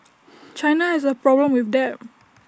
China has A problem with debt